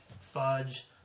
Fudge